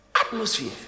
atmosphere